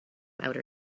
outer